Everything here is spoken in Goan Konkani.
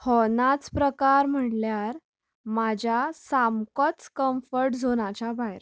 हो नाच प्रकार म्हणल्यार म्हाज्या सामकोच कंम्फर्ट झोनाच्या भायर